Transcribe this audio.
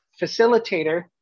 facilitator